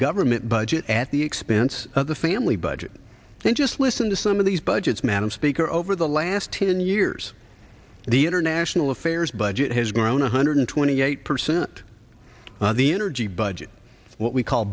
government budget at the hence the family budget and just listen to some of these budgets madam speaker over the last ten years the international affairs budget has grown one hundred twenty eight percent the energy budget what we call